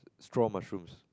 straw mushrooms